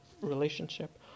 relationship